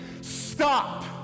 stop